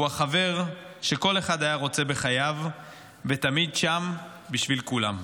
הוא החבר שכל אחד היה רוצה בחייו ותמיד שם בשביל כולם.